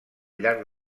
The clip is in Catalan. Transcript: llarg